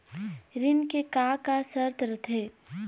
ऋण के का का शर्त रथे?